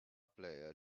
player